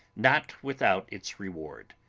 not without its reward.